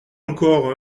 encore